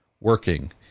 working